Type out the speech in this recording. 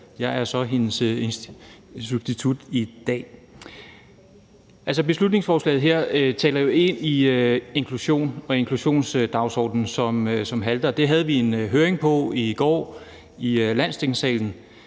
Jeg er så hendes substitut i dag lav. Beslutningsforslaget her taler jo ind i inklusion og inklusionsdagsordenen, som det halter med. Det havde vi en høring om i går i Landstingssalen,